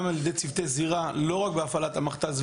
על ידי צוותי זירה ולא רק בהפעלת המכתז,